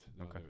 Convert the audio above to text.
Okay